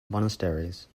monasteries